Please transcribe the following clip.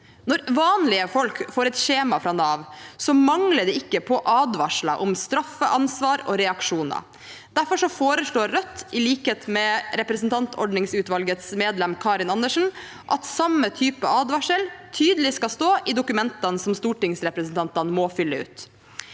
Når vanlige folk får et skjema fra Nav, mangler det ikke på advarsler om straffeansvar og reaksjoner. Derfor foreslår Rødt, i likhet med representantordningsutvalgets medlem Karin Andersen, at samme type advarsel tydelig skal stå i dokumentene som stortingsrepresentantene må fylle ut.